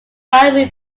body